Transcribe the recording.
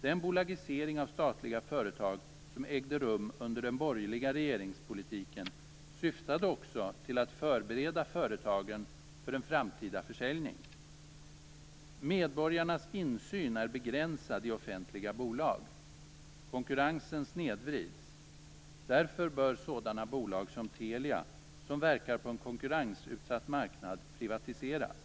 Den bolagisering av statliga företag som ägde rum under den borgerliga regeringspolitiken syftade också till att förbereda företagen inför en framtida försäljning. Medborgarnas insyn är begränsad i offentliga bolag. Konkurrensen snedvrids. Därför bör sådana bolag som Telia, som verkar på en konkurrensutsatt marknad, privatiseras.